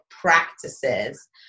practices